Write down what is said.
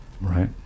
right